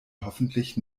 hoffentlich